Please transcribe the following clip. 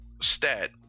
stat